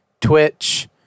Twitch